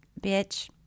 bitch